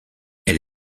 elle